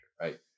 right